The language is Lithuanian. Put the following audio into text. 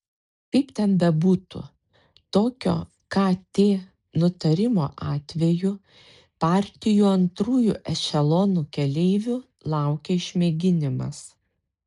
kaip ten bebūtų tokio kt nutarimo atveju partijų antrųjų ešelonų keleivių laukia išmėginimas